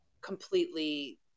completely